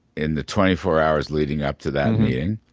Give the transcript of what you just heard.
in the twenty four hours leading up to that meeting.